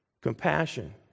compassion